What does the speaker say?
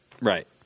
Right